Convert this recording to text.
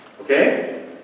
Okay